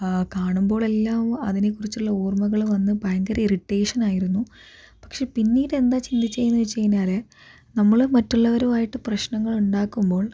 കാണുമ്പോഴെല്ലാം അതിനെക്കുറിച്ചുള്ള ഓർമ്മകൾ വന്ന് ഭയങ്കര ഇറിറ്റേഷൻ ആയിരുന്നു പക്ഷേ പിന്നീട് എന്താ ചിന്തിച്ചതെന്ന് വെച്ച് കഴിഞ്ഞാല് നമ്മള് മറ്റുള്ളവരുമായിട്ട് പ്രശ്നങ്ങളുണ്ടാക്കുമ്പോൾ